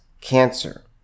cancer